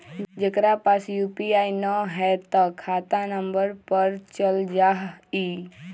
जेकरा पास यू.पी.आई न है त खाता नं पर चल जाह ई?